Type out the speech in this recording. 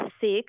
six